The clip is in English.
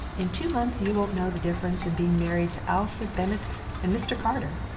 in two months you won't know the difference in being married to alfred bennett and mr. carter,